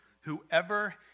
Whoever